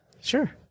Sure